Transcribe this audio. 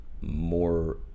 more